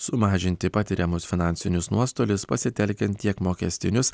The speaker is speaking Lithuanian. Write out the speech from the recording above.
sumažinti patiriamus finansinius nuostolius pasitelkiant tiek mokestinius